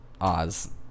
Oz